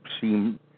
seem